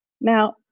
Now